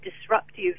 disruptive